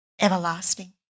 everlasting